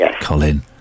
Colin